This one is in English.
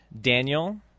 daniel